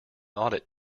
audit